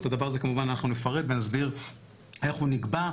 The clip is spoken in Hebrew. ואת הדבר הזה כמובן אנחנו נפרט ונסביר איך הוא נגבה,